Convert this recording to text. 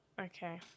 okay